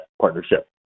partnership